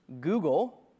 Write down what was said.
Google